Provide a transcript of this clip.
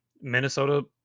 Minnesota